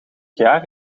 jaar